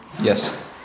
Yes